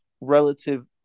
relative